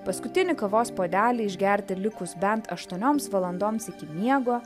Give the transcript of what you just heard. paskutinį kavos puodelį išgerti likus bent aštuonioms valandoms iki miego